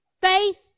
Faith